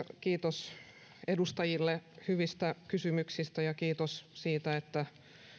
kiitos edustajille hyvistä kysymyksistä ja kiitos siitä että